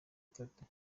atatu